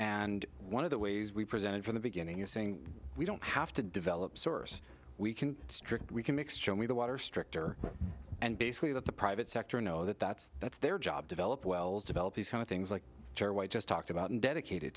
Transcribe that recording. and one of the ways we presented from the beginning is saying we don't have to develop source we can strict we can mix show me the water stricter and basically that the private sector know that that's that's their job develop wells develop these kind of things like just talked about and dedicated